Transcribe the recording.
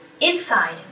inside